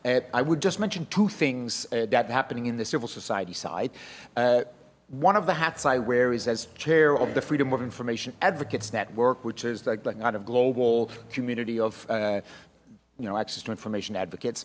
and i would just mention two things that happening in the civil society side one of the hats i wear is as chair of the freedom of information advocates network which is like not a global community of you know access to information advocates